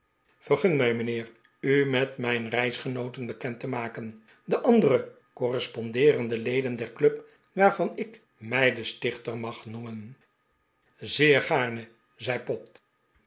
vergun mij mijnheer u met mijn reisgenooten bekend te maken de andere correspondeerende leden der club waarvan ik mij den stichter mag noemen zeer gaarne zei pott